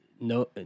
no